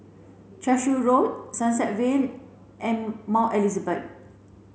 Cashew Road Sunset Vale and Mount Elizabeth